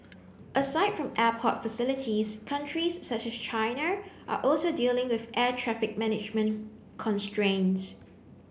aside from airport facilities countries such as China are also dealing with air traffic management constraints